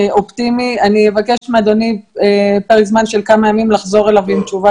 אופטימי אני אבקש מאדוני פרק זמן של כמה ימים לחזור אליו עם תשובה